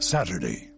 Saturday